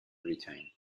britain